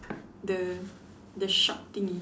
the the shark thingy